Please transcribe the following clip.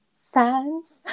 fans